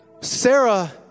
Sarah